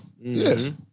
Yes